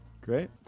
Great